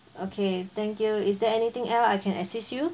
okay thank you is there anything else I can assist you